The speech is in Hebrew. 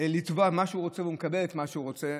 זכות לתבוע את מה שהוא רוצה והוא מקבל את מה שהוא רוצה,